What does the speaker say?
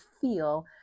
feel